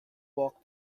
walk